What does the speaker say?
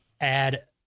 add